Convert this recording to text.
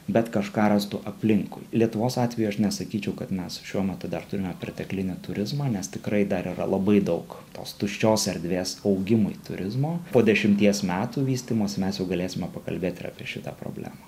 bet kažką rastų aplinkui lietuvos atveju aš nesakyčiau kad mes šiuo metu dar turime perteklinį turizmą nes tikrai dar yra labai daug tos tuščios erdvės augimui turizmo po dešimties metų vystymosi mes jau galėsime pakalbėt ir apie šitą problemą